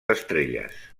estrelles